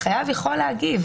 החייב יכול להגיב.